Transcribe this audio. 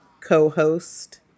co-host